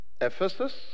Ephesus